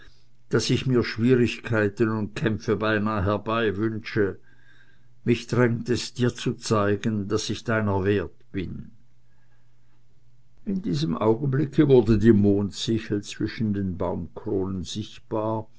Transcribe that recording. daß ich mir schwierigkeiten und kämpfe beinah herbeiwünsche mich drängt es dir zu zeigen daß ich deiner wert bin in diesem augenblicke wurde die mondsichel zwischen den baumkronen sichtbar